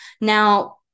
Now